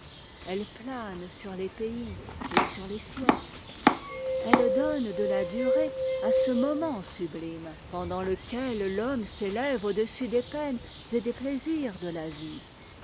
elle plane sur les pays et sur les siècles elle donne de la durée à ce moment sublime pendant lequel l'homme s'élève au-dessus des peines et des plaisirs de la vie